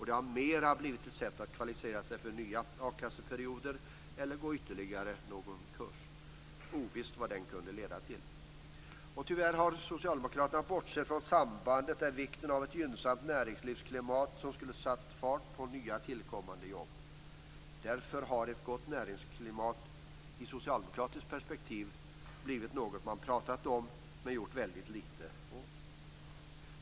Det har mera blivit ett sätt att kvalificera sig för nya a-kasseperioder eller gå ytterligare någon kurs - ovisst vad den skulle leda till. Tyvärr har socialdemokraterna bortsett från att ett gynnsamt näringslivsklimat skulle sätta fart på nya tillkommande jobb. Därför har ett gott näringsklimat i socialdemokratiskt perspektiv blivit något man pratat om men gjort väldigt lite åt.